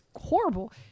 horrible